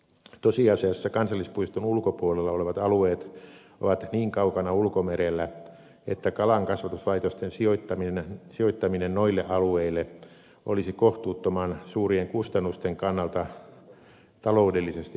tosiasiassa kansallispuiston ulkopuolella olevat alueet ovat niin kaukana ulkomerellä että kalankasvatuslaitosten sijoittaminen noille alueille olisi kohtuuttoman suurien kustannusten kannalta taloudellisesti kannattamatonta